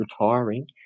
retiring